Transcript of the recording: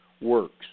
works